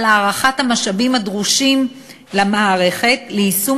על הערכת המשאבים הדרושים למערכת ליישום